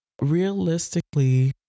realistically